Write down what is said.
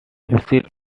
visits